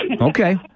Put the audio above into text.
Okay